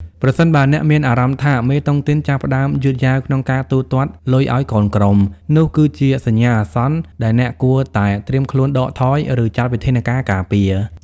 ប្រសិនបើអ្នកមានអារម្មណ៍ថា "មេតុងទីនចាប់ផ្ដើមយឺតយ៉ាវក្នុងការទូទាត់លុយឱ្យកូនក្រុម" នោះគឺជាសញ្ញាអាសន្នដែលអ្នកគួរតែត្រៀមខ្លួនដកថយ ឬចាត់វិធានការការពារ។